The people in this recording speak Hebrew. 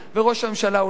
וראש הממשלה הוא לא כזה.